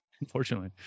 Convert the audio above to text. unfortunately